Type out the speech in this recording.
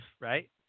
right